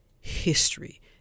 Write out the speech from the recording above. history